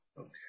Okay